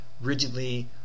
rigidly